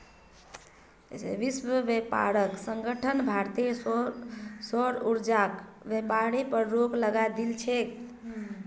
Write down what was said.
विश्व व्यापार संगठन भारतेर सौर ऊर्जाक व्यापारेर पर रोक लगई दिल छेक